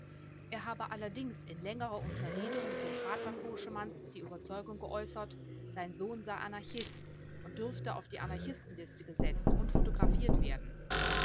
er habe allerdings in längerer unterredung mit dem vater koschemanns die überzeugung geäußert sein sohn sei anarchist und dürfte auf die anarchistenliste gesetzt und photographiert werden